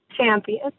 champions